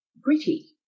gritty